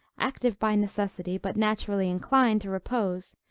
active by necessity, but naturally inclined to repose,